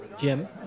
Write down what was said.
Jim